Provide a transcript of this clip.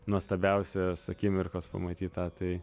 nuostabiausios akimirkos pamatyt tą tai